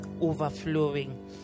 overflowing